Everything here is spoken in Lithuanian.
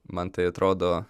man tai atrodo